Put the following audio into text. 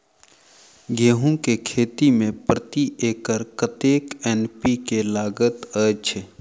गेंहूँ केँ खेती मे प्रति एकड़ कतेक एन.पी.के लागैत अछि?